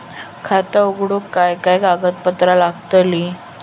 खाता उघडूक काय काय कागदपत्रा लागतली?